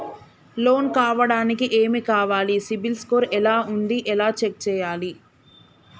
Loan కావడానికి ఏమి కావాలి సిబిల్ స్కోర్ ఎలా ఉంది ఎలా చెక్ చేయాలి?